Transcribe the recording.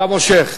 אתה מושך.